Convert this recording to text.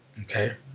Okay